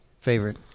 Favorite